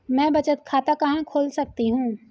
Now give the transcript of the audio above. मैं बचत खाता कहां खोल सकती हूँ?